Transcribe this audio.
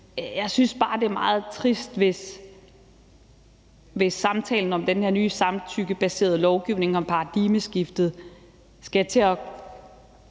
Jeg synes bare, det er meget trist, hvis samtalen om den her nye samtykkebaserede lovgivning og paradigmeskiftet skal bygge